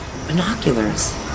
binoculars